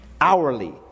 hourly